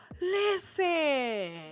Listen